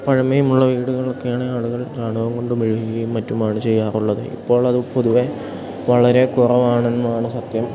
പഴമയുമുള്ള വീടുകളൊക്കെയാണ് ആളുകൾ ചാണകം കൊണ്ടും മെഴുകയും മറ്റുമാണ് ചെയ്യാറുള്ളത് ഇപ്പോഴത് പൊതുവേ വളരെ കുറവാണ് എന്നാണ് സത്യം